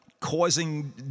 causing